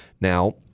Now